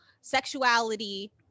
sexuality